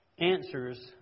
answers